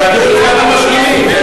צעדים וצעדים משלימים.